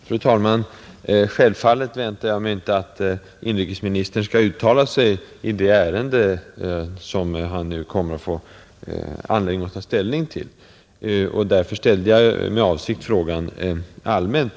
Fru talman! Självfallet väntar jag mig inte att inrikesministern skall uttala sig i det besvärsärende som han snart får anledning att ta ställning till. Därför formulerade jag med avsikt frågan allmänt.